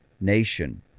nation